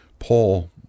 Paul